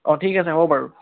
অঁ ঠিক আছে হ'ব বাৰু